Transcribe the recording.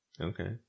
Okay